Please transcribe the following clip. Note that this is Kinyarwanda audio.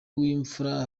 w’imfura